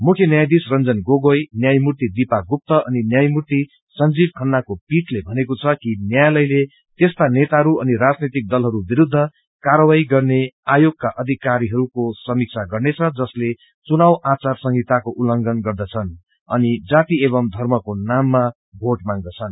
मुख्य न्यायाधीश रंजन गोगोई न्यायमूर्ति दीपा गुप्ता अनि न्यायमूर्ति संजीव खन्नाको पीठले भनेको छ कि न्यायालयले त्यस्ता नेताहरू अनि राजैतिक दलहरू विरूद्ध कार्यवाही गर्ने आयोगका अधिाकरीहरूको समीक्षा गर्नेछ जसले चुनाव आचार संहिताको उल्लघंन गर्दछन् अनि जाति एवम् धम्रको नामा वोट मांग्दछन्